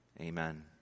Amen